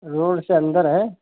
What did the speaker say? road से अन्दर है